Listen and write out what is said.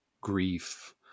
grief